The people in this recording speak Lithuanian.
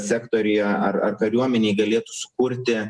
sektoriuje ar ar kariuomenėj galėtų sukurti